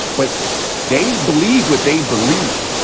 but they believe what they believe.